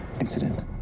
incident